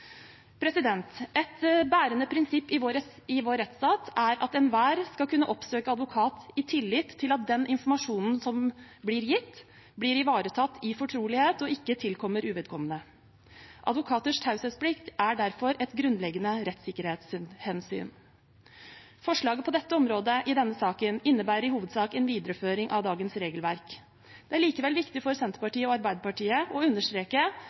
Et bærende prinsipp i vår rettsstat er at enhver skal kunne oppsøke advokat i tillit til at den informasjonen som blir gitt, blir ivaretatt i fortrolighet og ikke tilkommer uvedkommende. Advokaters taushetsplikt er derfor et grunnleggende rettssikkerhetshensyn. Forslaget på dette området i denne saken innebærer i hovedsak en videreføring av dagens regelverk. Det er likevel viktig for Senterpartiet og Arbeiderpartiet å understreke